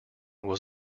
was